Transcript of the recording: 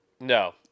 No